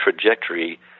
trajectory